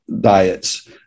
diets